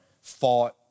fought